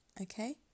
Okay